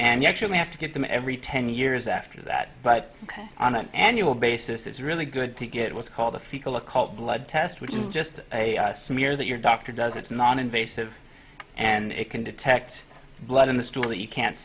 and you actually have to get them every ten years after that but on an annual basis it's really good to get what's called a fecal occult blood test which is just a smear that your doctor does it's noninvasive and it can detect blood in the store that you can't